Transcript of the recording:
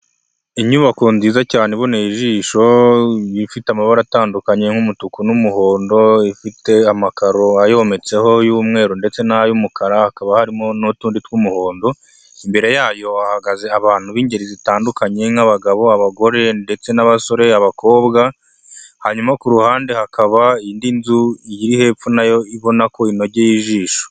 Inyubako nziza cyane iboneye ijisho ifite amabara atandukanye nk'umutuku n'umuhondo, ifite amakaro ayometseho y'umweru ndetse n'ay'umukara, hakaba harimo n'utundi tw'umuhondo. Imbere yayo hagaze abantu b'ingeri zitandukanye nk'abagabo, abagore ndetse n'abasore, abakobwa hanyuma ku ruhande hakaba indi nzu iri hepfo nayo ubona ko inogeye ijisho.